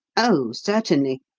oh, certainly!